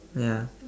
ya